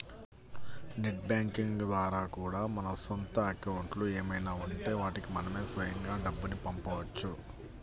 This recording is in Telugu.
నెట్ బ్యాంకింగ్ ద్వారా కూడా మన సొంత అకౌంట్లు ఏమైనా ఉంటే వాటికి మనమే స్వయంగా డబ్బుని పంపవచ్చు